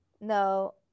No